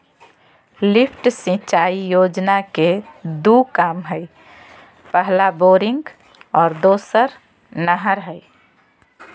lift सिंचाई योजना के दू काम हइ पहला बोरिंग और दोसर नहर हइ